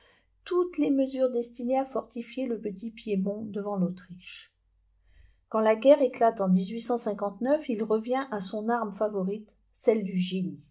toutes le mesures destinées à fortifier le petit piémont devant l'autriche quand la guerre éclate en il revient à son arme favorite celle du génie